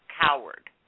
coward